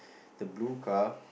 the blue car